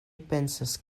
pensas